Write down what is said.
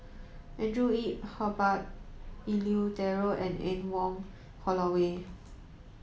Andrew Yip Herbert Eleuterio and Anne Wong Holloway